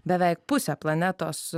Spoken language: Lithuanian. beveik pusę planetos